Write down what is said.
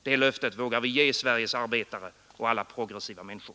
Det löftet vågar vi ge Sveriges arbetare och alla progressiva människor.